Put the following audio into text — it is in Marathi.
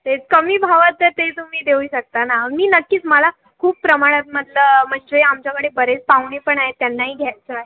तेच कमी भावाचं ते तुम्ही देऊ शकता ना मी नक्कीच मला खूप प्रमाणात म्हटलं म्हणजे आमच्याकडे बरेच पाहुणे पण आहेत त्यांनाही घ्यायचं आहे